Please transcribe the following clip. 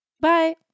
Bye